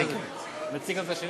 אני מציג גם את השני?